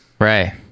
right